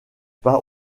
pas